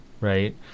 right